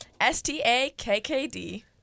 s-t-a-k-k-d